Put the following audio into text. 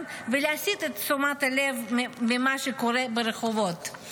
ולהסיט את תשומת הלב ממה שקורה ברחובות.